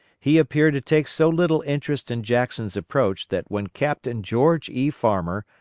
he appeared to take so little interest in jackson's approach that when captain george e. farmer,